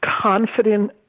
confident